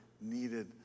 needed